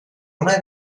una